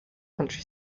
country